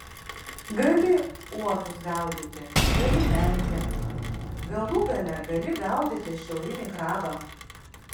gali uotus gaudyti gali menkę galų gale gali gaudyti šiaurinį krabą